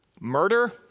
Murder